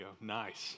nice